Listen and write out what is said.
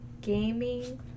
gaming